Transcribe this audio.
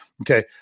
Okay